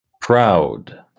Proud